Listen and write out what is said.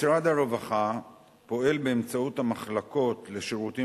משרד הרווחה פועל באמצעות המחלקות לשירותים